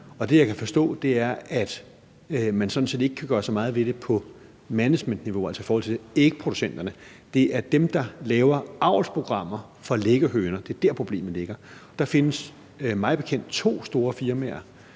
det, jeg kan forstå, er, at man sådan set ikke kan gøre så meget ved det på managementniveau, altså i forhold til ægproducenterne. Det er hos dem, der laver avlsprogrammer for liggehøner, problemet ligger. Der findes mig bekendt to store firmaer